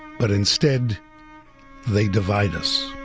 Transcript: but instead they divide us